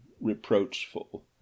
reproachful